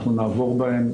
אנחנו נעבור בהן,